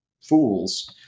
fools